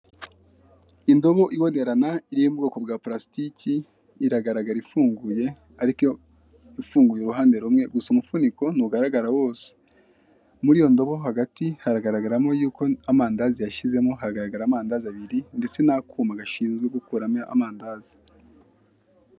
Indobo ibonerana iri mu bwoko bwa pulasitike iragaragara ifunguye ariko ifunguye uruhande rumwe gusa umufuniko ntugaragara wose muri iyo ndobo hagati haragaragaramo yuko amandazi yashizemo haragaragara amandazi abiri ndetse n'akuma gashinzwe gukuramo amandazi.